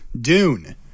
Dune